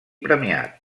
premiat